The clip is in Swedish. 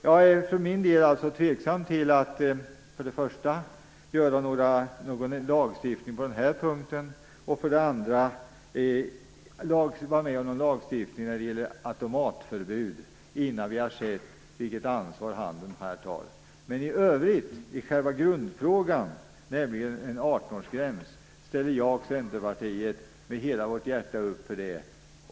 Jag är alltså för min del tveksam till att för det första göra någon lagstiftning på den här punkten och för det andra vara med om lagstiftning när det gäller automatförbud innan vi har sett vilket ansvar handeln tar. Men i övrigt, i själva grundfrågan om en 18 årsgräns, ställer vi i Centerpartiet med hela vårt hjärta upp för det.